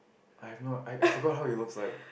I have no I I forget how it looks like